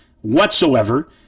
whatsoever